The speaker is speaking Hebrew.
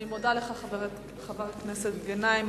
אני מודה לך, חבר הכנסת גנאים.